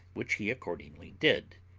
which he accordingly did,